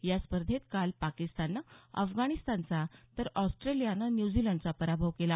या स्पर्धेत काल पाकिस्ताननं अफगाणिस्तानचा तर ऑस्ट्रेलियानं न्युझीलंडचा पराभव केला